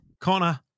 Connor